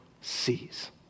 sees